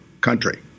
country